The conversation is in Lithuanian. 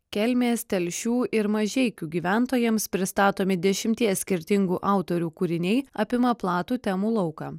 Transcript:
kelmės telšių ir mažeikių gyventojams pristatomi dešimties skirtingų autorių kūriniai apima platų temų lauką